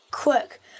Quick